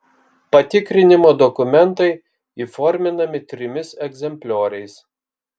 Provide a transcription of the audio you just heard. patikrinimo dokumentai įforminami trimis egzemplioriais